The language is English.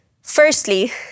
Firstly